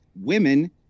women